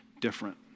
different